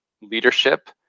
leadership